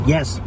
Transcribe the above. Yes